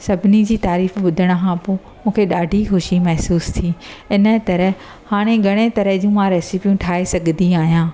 सभिनी जी तारीफ़ ॿुधण खां पोइ मूंखे ॾाढी ख़ुशी महसूसु थी इन तरह हाणे घणे तरह जूं मां रेसिपियूं ठाहे सघंदी आहियां